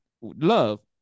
love